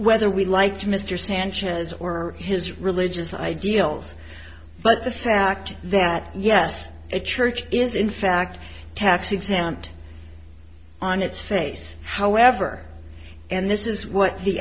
whether we like mr sanchez or his religious ideals but the fact that yes a church is in fact tax exempt on its face however and this is what the